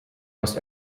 most